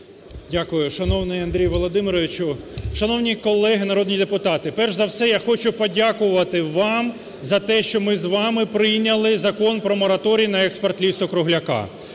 Дякую. Шановний Андрію Володимировичу, шановні колеги народні депутати, перш за все я хочу подякувати вам за те, що ми з вами прийняли мораторій на експорт лісу-кругляка.